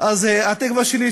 אז התקווה שלי,